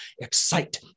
excite